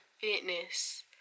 fitness